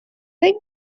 like